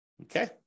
okay